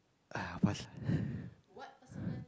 !aiya! pass lah